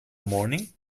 morning